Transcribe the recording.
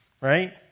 right